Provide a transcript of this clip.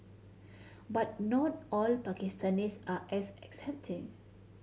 but not all Pakistanis are as accepting